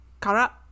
Kara